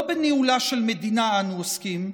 לא בניהולה של מדינה אנו עוסקים,